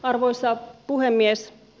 arvoisa puhemies